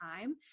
time